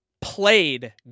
played